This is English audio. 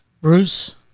Bruce